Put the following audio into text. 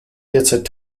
derzeit